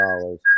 dollars